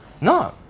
No